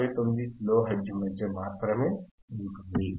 59 kilohertz మధ్య attenuate అవుతుంది